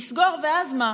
נסגור, ואז מה?